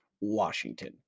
Washington